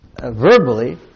verbally